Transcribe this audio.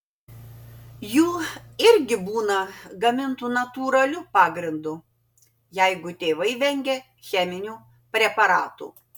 jų irgi būna gamintų natūraliu pagrindu jeigu tėvai vengia cheminių preparatų